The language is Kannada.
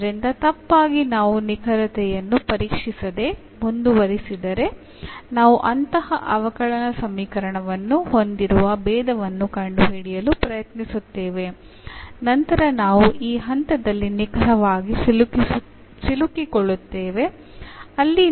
ಆದ್ದರಿಂದ ತಪ್ಪಾಗಿ ನಾವು ನಿಕರತೆಯನ್ನು ಪರೀಕ್ಷಿಸದೆ ಮುಂದುವರೆಸಿದರೆ ನಾವು ಅಂತಹ ಅವಕಲನ ಸಮೀಕರಣವನ್ನು ಹೊಂದಿರುವ ಭೇದವನ್ನು ಕಂಡುಹಿಡಿಯಲು ಪ್ರಯತ್ನಿಸುತ್ತೇವೆ ನಂತರ ನಾವು ಈ ಹಂತದಲ್ಲಿ ನಿಖರವಾಗಿ ಸಿಲುಕಿಕೊಳ್ಳುತ್ತೇವೆ